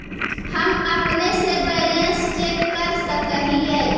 हम अपने से बैलेंस चेक कर सक हिए?